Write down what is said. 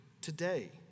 today